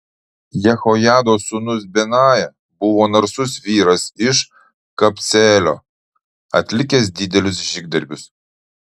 jehojados sūnus benaja buvo narsus vyras iš kabceelio atlikęs didelius žygdarbius